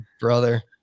brother